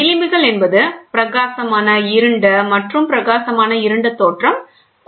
விளிம்புகள் என்பது பிரகாசமான இருண்ட பிரகாசமான இருண்ட தோற்றம் ஆகும்